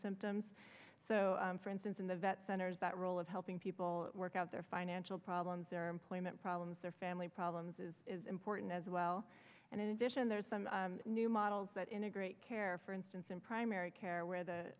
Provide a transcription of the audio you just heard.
symptoms so for instance in the vet centers that role of helping people work out their financial problems their employment problems their family problems is important as well and in addition there's some new models but integrate care for instance in primary care where the